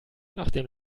nachdem